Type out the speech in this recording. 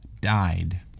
died